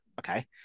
okay